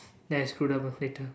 then I screwed up